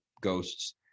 ghosts